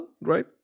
right